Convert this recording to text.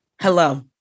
Hello